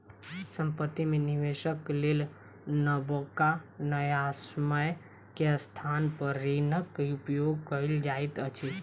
संपत्ति में निवेशक लेल नबका न्यायसम्य के स्थान पर ऋणक उपयोग कयल जाइत अछि